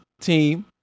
team